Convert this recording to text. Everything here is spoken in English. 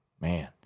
Man